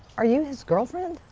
are you his girlfriend?